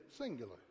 singular